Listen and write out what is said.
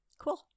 Cool